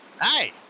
Hi